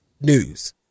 news